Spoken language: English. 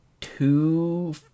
two